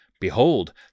Behold